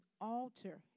alter